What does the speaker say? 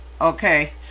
Okay